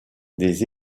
des